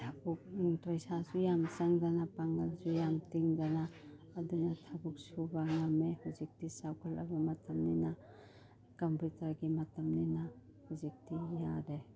ꯄꯩꯁꯥꯁꯨ ꯌꯥꯝꯅ ꯆꯪꯗꯅ ꯄꯥꯡꯒꯜꯁꯨ ꯌꯥꯝꯅ ꯇꯤꯡꯗꯅ ꯑꯗꯨꯅ ꯊꯕꯛ ꯁꯨꯕ ꯉꯝꯃꯦ ꯍꯧꯖꯤꯛꯇꯤ ꯆꯥꯎꯈꯠꯂꯕ ꯃꯇꯝꯅꯤꯅ ꯀꯝꯄꯨꯇꯔꯒꯤ ꯃꯇꯝꯅꯤꯅ ꯍꯧꯖꯤꯛꯇꯤ ꯌꯥꯔꯦ